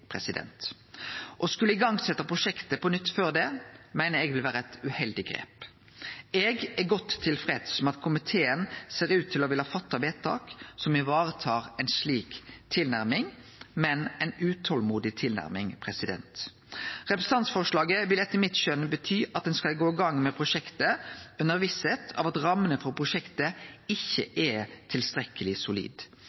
i gang prosjektet på nytt før det meiner eg vil vere eit uheldig grep. Eg er godt tilfreds med at komiteen ser ut til å ville gjere vedtak som varetar ei slik tilnærming, men ei utolmodig tilnærming. Representantforslaget vil etter mitt skjøn bety at ein skal gå i gang med prosjektet med visse om at rammene for prosjektet ikkje